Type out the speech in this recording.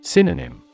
Synonym